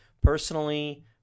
personally